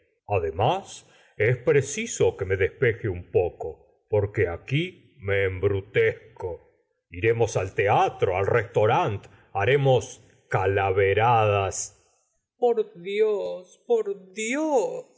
además es preciso que me despeje un poco porque aquí me embrutezco iremos al teatro al restaurant haremos calaveradas por dios por dios